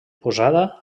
posada